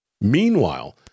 Meanwhile